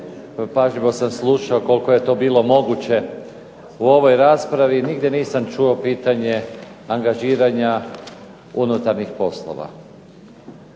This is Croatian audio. pažljivo sam slušao koliko je to bilo moguće. U ovoj raspravi nigdje nisam čuo pitanje angažiranja unutarnjih poslova.